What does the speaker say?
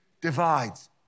divides